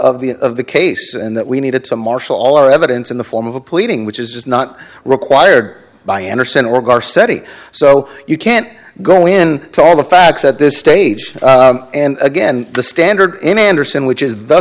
of the of the case and that we needed to marshal all our evidence in the form of a pleading which is not required by andersen or gaar seti so you can't go in to all the facts at this stage and again the standard in anderson which is the